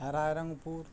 Rairangpur